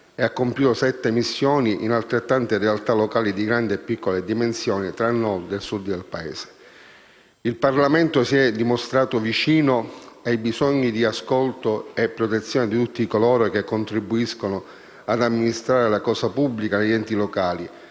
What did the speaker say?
Il Parlamento si è dimostrato vicino ai bisogni di ascolto e protezione di tutti coloro che contribuiscono ad amministrare la cosa pubblica negli enti locali,